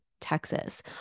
Texas